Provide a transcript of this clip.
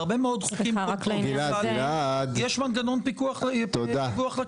בהרבה מאוד חוקים יש מנגנון פיקוח לדיווח לכנסת.